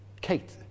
Kate